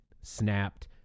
snapped